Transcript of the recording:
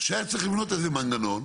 שהיה צריך לבנות איזה מנגנון,